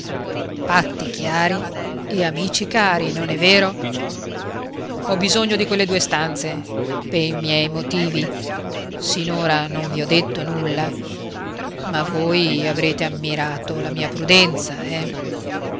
patti chiari e amici cari non è vero ho bisogno di quelle due stanze pei miei motivi sinora non vi ho detto nulla ma voi avrete ammirato la mia prudenza eh